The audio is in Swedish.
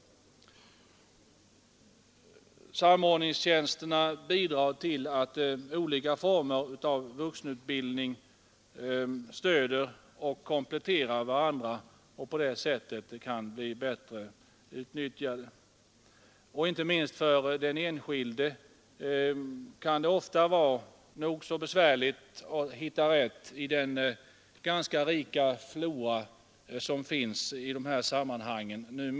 Samordningstjänsterna bidrar till att olika former av vuxenutbildning kan stödja och komplettera varandra och på det sättet bli bättre utnyttjade. Inte minst för den enskilde kan det ofta vara nog så besvärligt att hitta rätt i den ganska rika flora som numera finns i dessa sammanhang.